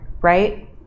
right